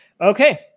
Okay